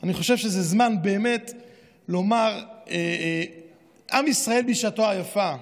אני חושב שזה באמת זמן לומר: עם ישראל בשעתו היפה,